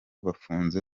bafunze